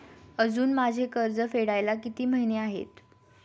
अजुन माझे कर्ज फेडायला किती महिने आहेत?